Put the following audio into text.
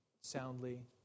soundly